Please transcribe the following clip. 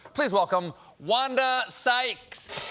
please welcome wanda sykes!